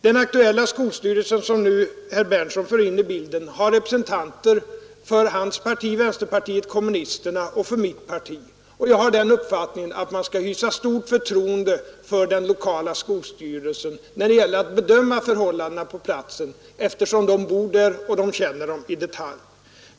Den aktuella skolstyrelsen, som herr Berndtson nu för in i bilden, har representanter för hans parti — vänsterpartiet kommunisterna — och för mitt parti, och jag har den uppfattningen att man skall hysa stort förtroende för den lokala skolstyrelsen när det gäller att bedöma förhållandena på platsen, eftersom skolstyrelsens ledamöter bor där och känner förhållandena i detalj.